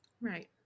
right